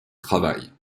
travail